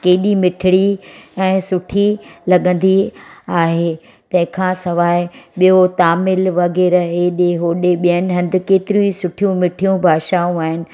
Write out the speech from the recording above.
केॾी मिठिड़ी ऐं सुठी लॻंदी आहे तंहिं खां सवाइ ॿियो तामिल वग़ैरह हेॾे होॾे ॿियनि हंधु केतिरियूं ई सुठियूं मिठियूं भाषाऊं आहिनि